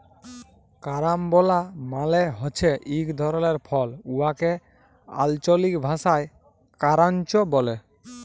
carambola মালে হছে ইক ধরলের ফল উয়াকে আল্চলিক ভাষায় কারান্চ ব্যলে